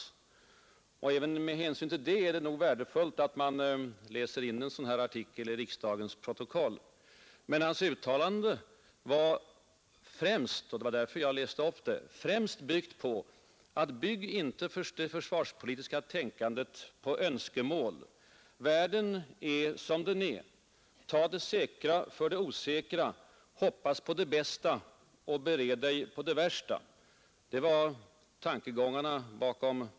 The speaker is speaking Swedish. Även med hänsyn härtill är det värdefullt att en sådan artikel finns i riksdagens protokoll. Men bakom herr Skölds uttalande låg främst — och det var därför jag läste upp den — den tankegången att man inte bör bygga försvarspolitik på önsketänkande. Världen är som den är. Tag det säkra före det osäkra! Hoppas på det bästa och bered dig på det värsta!